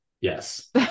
Yes